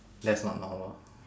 that's not normal